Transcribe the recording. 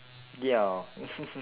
ya